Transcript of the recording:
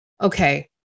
okay